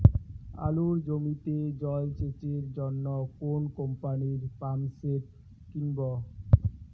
আলুর জমিতে জল সেচের জন্য কোন কোম্পানির পাম্পসেট কিনব?